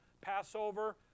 Passover